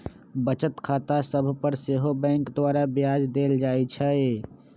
बचत खता सभ पर सेहो बैंक द्वारा ब्याज देल जाइ छइ